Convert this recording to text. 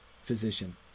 physician